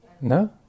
No